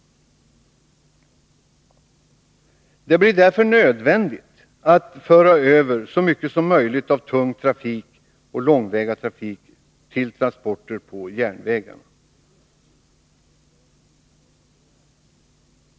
Det blir därför nödvändigt att föra över så mycket som möjligt av de tunga och långväga transporterna till järnvägarna.